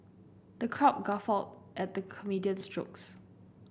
the crowd guffawed at the comedian's jokes